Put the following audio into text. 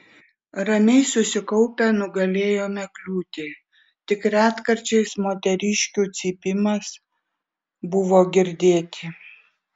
ramiai susikaupę nugalėjome kliūtį tik retkarčiais moteriškių cypimas buvo girdėti